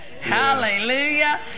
Hallelujah